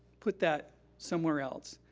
put that somewhere else,